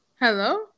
Hello